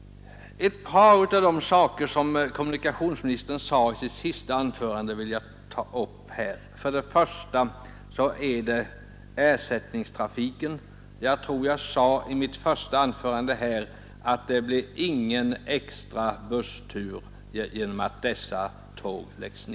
Ett par av de saker som kommunikationsministern sade i sitt senaste anförande vill jag ta upp. Först och främst har vi ersättningstrafiken. Jag tror att jag sade i mitt första anförande att det inte blir någon extra busstur därför att dessa tåg dras in.